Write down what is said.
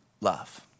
love